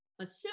assume